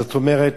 זאת אומרת,